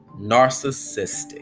narcissistic